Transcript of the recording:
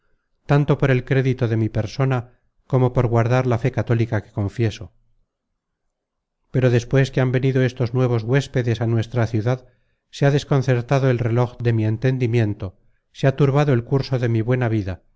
tanto por el crédito de mi persona como por guardar la fe católica que profeso pero despues que han venido estos nuevos huéspedes á nuestra ciudad se ha desconcertado el reloj de mi entendimiento se ha tur bado el curso de mi buena vida